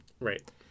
Right